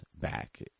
back